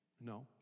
No